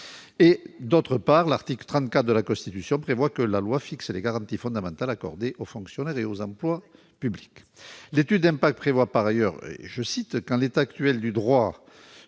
d'autre part, l'article 34 de la Constitution prévoit que la loi fixe les garanties fondamentales accordées aux fonctionnaires et aux emplois publics. L'étude d'impact prévoit par ailleurs que, « en l'état du droit,